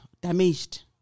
damaged